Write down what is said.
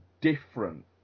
different